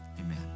amen